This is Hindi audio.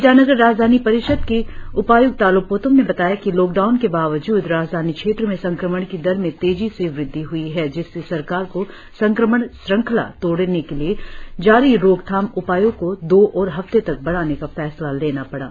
ईटानगर राजधानी परिषद के उपाय्क्त तालो पोतोम ने बताया कि लॉकडाउन के बावजुद राजधानी क्षेत्र में संक्रमण की दर में तेजी से वृद्धि हुई है जिससे सरकार को संक्रमण श्रृंखला तोडने के लिए जारी रोकथाम उपायों को दो और हफ्ते तक बढाने का फैसला लेना पडा